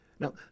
Now